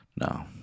No